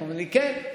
הוא אומר לי: כן.